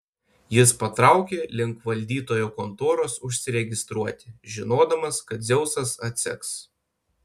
jis patraukė link valdytojo kontoros užsiregistruoti žinodamas kad dzeusas atseks